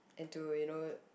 and to you know